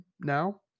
now